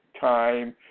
time